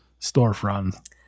storefront